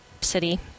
city